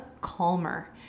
calmer